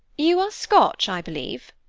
you are scotch, i believe.